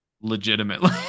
legitimately